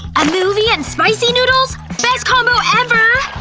a movie and spicy noodles! best combo ever!